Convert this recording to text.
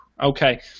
Okay